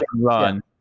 run